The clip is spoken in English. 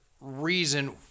reason